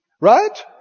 Right